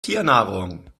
tiernahrung